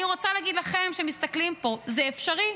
אני רוצה להגיד לכם, שמסתכלים פה: זה אפשרי,